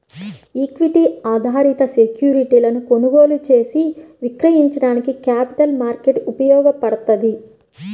equity ఆధారిత సెక్యూరిటీలను కొనుగోలు చేసి విక్రయించడానికి క్యాపిటల్ మార్కెట్ ఉపయోగపడ్తది